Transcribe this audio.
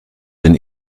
den